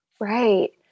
Right